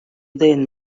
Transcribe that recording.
then